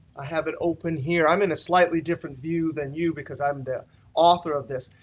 i have it open here. i'm in a slightly different view than you because i'm the author of this.